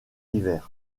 hiver